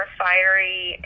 fiery